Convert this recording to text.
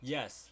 Yes